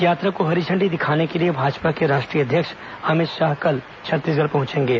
यात्रा को हरी इंडी दिखाने के लिए भाजपा के राष्ट्रीय अध्यक्ष अमित शाह कल छत्तीसगढ़ पहुंचेंगे